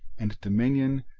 and dominion,